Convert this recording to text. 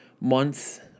months